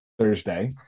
Thursday